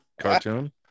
cartoon